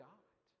God